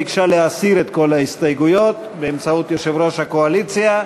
ביקשה להסיר את כל ההסתייגויות באמצעות יושב-ראש הקואליציה.